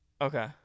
Okay